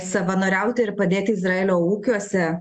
savanoriauti ir padėti izraelio ūkiuose